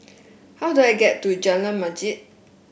how do I get to Jalan Masjid